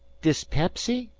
dispepsy?